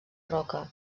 roca